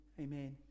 Amen